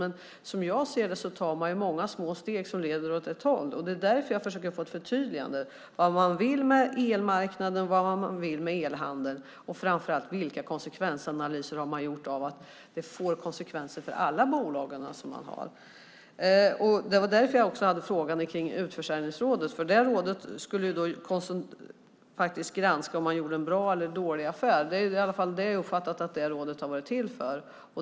Men som jag ser det tar man många små steg som leder åt ett håll. Det är därför som jag försöker få ett förtydligande när det gäller vad man vill med elmarknaden och vad man vill med elhandeln och framför allt vilka konsekvensanalyser man har gjort. Det blir ju konsekvenser för alla bolag som man har. Det var därför jag också hade frågan om utförsäljningsrådet. Det rådet skulle faktiskt granska om man gjorde en bra eller dålig affär. Det är i alla fall det jag har uppfattat att rådet har varit till för.